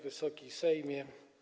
Wysoki Sejmie!